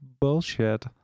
bullshit